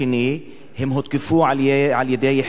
הם הותקפו על-ידי יחידת "דרור",